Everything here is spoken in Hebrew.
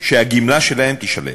שגמלתם תישלל.